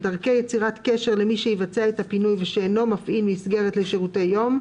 דרכי יצירת קשר למי שיבצע את הפינוי ושאינו מפעיל מסגרת לשירותי יום,